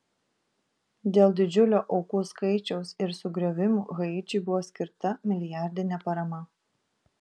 dėl didžiulio aukų skaičiaus ir sugriovimų haičiui buvo skirta milijardinė parama